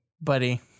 buddy